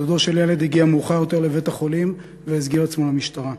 דודו של הילד הגיע מאוחר יותר לבית-החולים והסגיר עצמו למשטרה.